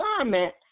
assignment